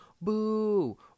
boo